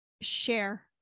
share